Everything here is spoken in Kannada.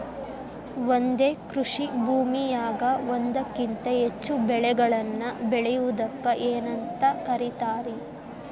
ಒಂದೇ ಕೃಷಿ ಭೂಮಿಯಾಗ ಒಂದಕ್ಕಿಂತ ಹೆಚ್ಚು ಬೆಳೆಗಳನ್ನ ಬೆಳೆಯುವುದಕ್ಕ ಏನಂತ ಕರಿತಾರಿ?